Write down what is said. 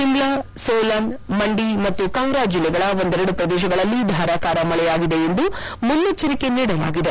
ಸಿಮ್ಲಾ ಸೋಲನ್ ಮಂಡಿ ಮತ್ತು ಕಂಗ್ರಾ ಜಲ್ಲೆಗಳ ಒಂದೆರಡು ಪ್ರದೇಶಗಳಲ್ಲಿ ಧಾರಾಕಾರ ಮಳೆಯಾಗಲಿದೆ ಎಂದು ಮುನೈಭ್ಲರಿಕೆ ನೀಡಲಾಗಿದೆ